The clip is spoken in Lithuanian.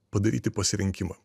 padaryti pasirinkimą